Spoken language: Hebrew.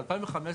ב-2015,